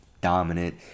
dominant